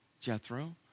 Jethro